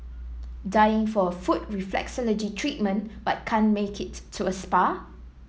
dying for a foot reflexology treatment but can't make it to a spa